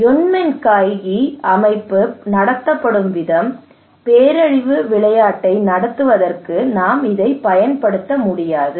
யோன்மென்காய்கி அமைப்பு நடத்தப்படும் விதம் பேரழிவு விளையாட்டை நடத்துவதற்கு நாம் இதைப் பயன்படுத்த முடியாது